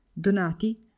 Donati